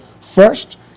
first